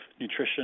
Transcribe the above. nutrition